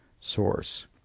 source